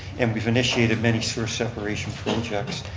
and we've initiated many sewer separation projects.